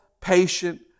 patient